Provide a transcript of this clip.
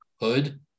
hood